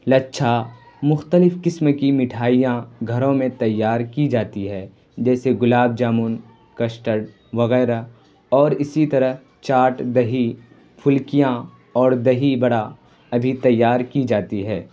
لچھا مختلف قسم کی مٹھائیاں گھروں میں تیار کی جاتی ہے جیسے گلاب جامن کشٹرڈ وغیرہ اور اسی طرح چاٹ دہی پھلکیاں اور دہی بڑا ابھی تیار کی جاتی ہے